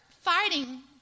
fighting